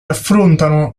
affrontano